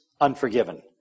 unforgiven